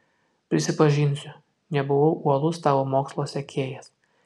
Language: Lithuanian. prisipažinsiu nebuvau uolus tavo mokslo sekėjas